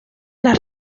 las